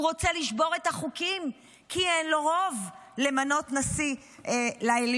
הוא רוצה לשבור את החוקים כי אין לו רוב למנות נשיא לעליון,